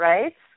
Right